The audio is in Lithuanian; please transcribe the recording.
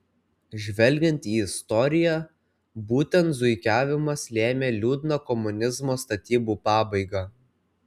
žvelgiant į istoriją būtent zuikiavimas lėmė liūdną komunizmo statybų pabaigą